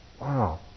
wow